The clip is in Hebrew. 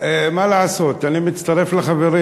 מה לעשות, אני מצטרף לחברים.